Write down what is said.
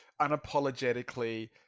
unapologetically